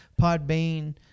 Podbean